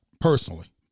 Personally